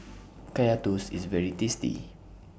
Kaya Toast IS very tasty